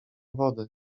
wody